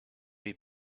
die